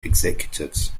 executives